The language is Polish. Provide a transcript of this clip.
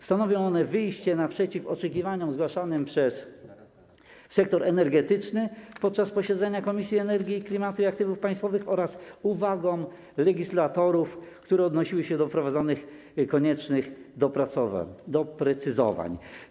Stanowią one wyjście naprzeciw oczekiwaniom zgłaszanym przez sektor energetyczny podczas posiedzenia Komisji do Spraw Energii, Klimatu i Aktywów Państwowych oraz uwagom legislatorów, które odnosiły się do wprowadzenia koniecznego doprecyzowania.